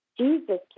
Jesus